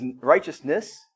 Righteousness